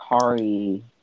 Kari